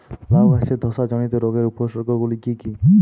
লাউ গাছের ধসা জনিত রোগের উপসর্গ গুলো কি কি?